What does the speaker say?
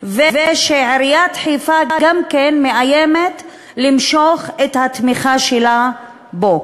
ועיריית חיפה גם כן מאיימת למשוך את התמיכה שלה בו.